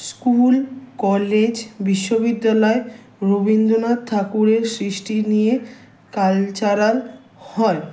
school college বিশ্ববিদ্যালয় রবীন্দ্রনাথ ঠাকুরের সৃষ্টি নিয়ে কালচারাল হয়